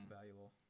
valuable